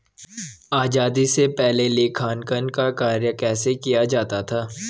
आजादी से पहले लेखांकन का कार्य कैसे किया जाता था?